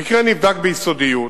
3. המקרה נבדק ביסודיות.